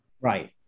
Right